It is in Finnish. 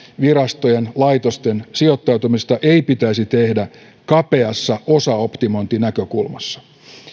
virastojen laitosten sijoittautumisesta ei pitäisi tehdä kapeassa osaoptimointinäkökulmassa